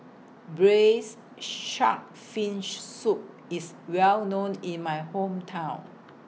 Braised Shark Fin Soup IS Well known in My Hometown